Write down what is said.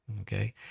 Okay